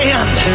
end